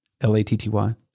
L-A-T-T-Y